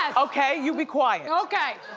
ah okay, you be quiet. okay.